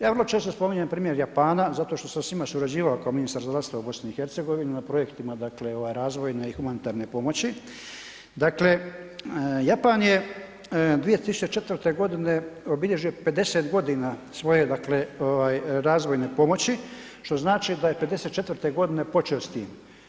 Ja vrlo često spominjem primjer Japana zato što sam s njima surađivao kao ministar zdravstva u BiH na projektima dakle razvoje i humanitarne pomoći, dakle Japan je 2004. godine obilježio 50 godina svoje dakle ovaj razvojne pomoći što znači da je '54. godine počeo s tim.